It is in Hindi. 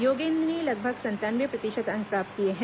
योगें द्व ने लगभग संतावने प्रतिशत अंक प्राप्त किए हैं